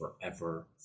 forever